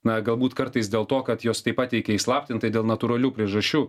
na galbūt kartais dėl to kad jos tai pateikia įslaptintai dėl natūralių priežasčių